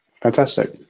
fantastic